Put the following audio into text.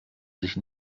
sich